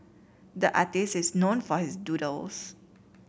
the artist is known for his doodles